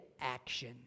action